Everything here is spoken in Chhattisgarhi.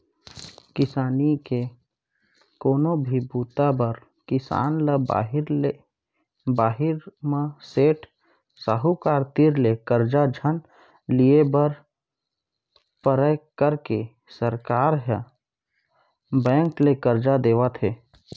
किसानी के कोनो भी बूता बर किसान ल बाहिर म सेठ, साहूकार तीर ले करजा झन लिये बर परय कइके सरकार ह बेंक ले करजा देवात हे